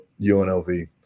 UNLV